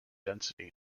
density